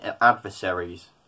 adversaries